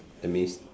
that means